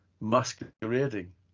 masquerading